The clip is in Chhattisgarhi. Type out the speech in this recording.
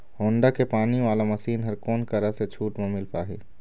होण्डा के पानी वाला मशीन हर कोन करा से छूट म मिल पाही?